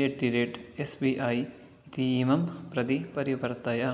at the rate S B I इतीमं प्रति परिवर्तय